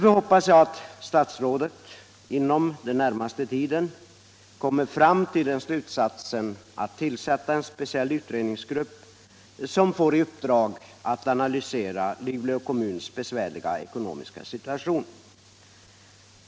Jag hoppas att statsrådet i samband därmed inom den närmaste tiden skall tillsätta en speciell utredningsgrupp som får i uppdrag att analysera Luleå kommuns besvärliga ekonomiska situation.